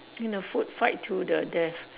in a food fight to the death